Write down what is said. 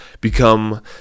become